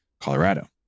Colorado